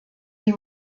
die